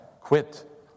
Quit